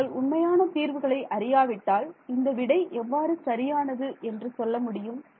நீங்கள் உண்மையான தீர்வுகளை அறியாவிட்டால் இந்த விடை எவ்வாறு சரியானது என்று சொல்லமுடியும்